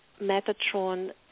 Metatron